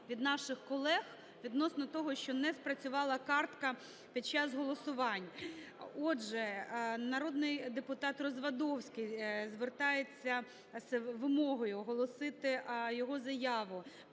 від наших колег відносно того, що не спрацювала картка під час голосувань. Отже, народний депутат Развадовський звертається з вимогою, оголосити його заяву